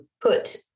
put